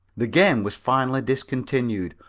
the game was finally discontinued,